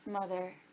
mother